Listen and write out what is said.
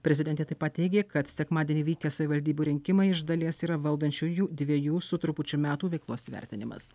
prezidentė taip pat teigė kad sekmadienį vykę savivaldybių rinkimai iš dalies yra valdančiųjų dviejų su trupučiu metų veiklos įvertinimas